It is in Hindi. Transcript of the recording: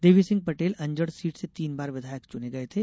देवी सिंह पटेल अंजड सीट से तीन बार विधायक चुने गये थे